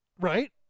right